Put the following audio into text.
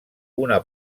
una